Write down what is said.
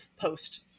post